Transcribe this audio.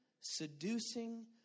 seducing